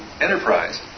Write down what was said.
enterprise